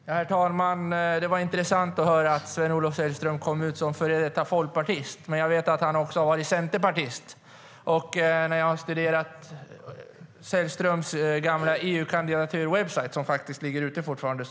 Herr talman! Det var intressant att höra att Sven-Olof Sällström kom ut som före detta folkpartist. Jag vet att han också har varit centerpartist. Jag har studerat Sällströms gamla EU-kandidatur - hans website ligger fortfarande ute.